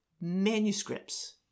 manuscripts